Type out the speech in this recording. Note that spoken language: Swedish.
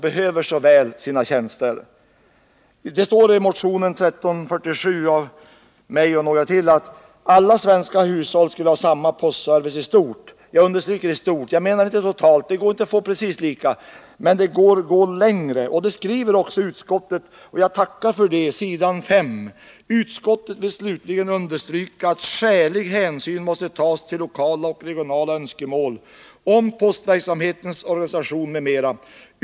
I motion 1347 av mig och några andra står att alla svenska hushåll i stort skall ha samma postservice. Jag understryker uttrycket ”i stort”. Det går inte att åstadkomma exakt samma service för alla, men man kan komma längre än nu. På s. 5 i sitt betänkande skriver också utskottet: ”Utskottet vill slutligen understryka att skälig hänsyn måste tas till lokala och regionala önskemål om postverksamhetens organisation m.m.